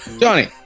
Johnny